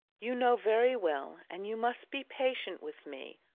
you know very well, and you must be patient with me,